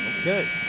Okay